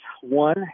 One